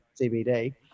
CBD